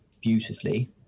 beautifully